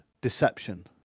deception